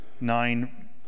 nine